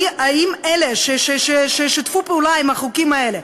האם אלה ששיתפו פעולה עם החוקים האלה,